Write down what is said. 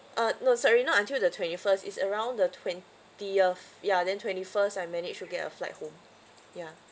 uh no sorry not until the twenty first it's around the twentieth ya then twenty first I managed to get a flight home ya